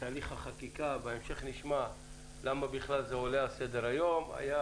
בתהליך החקיקה בהמשך נשמע למה בכלל זה עולה על סדר-היום היו